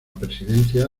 presidencia